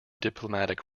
diplomatic